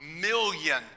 million